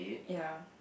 ya